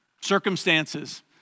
Circumstances